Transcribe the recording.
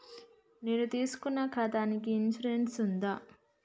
నేను తీసుకున్న ఖాతాకి ఇన్సూరెన్స్ ఉందా?